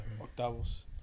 Octavos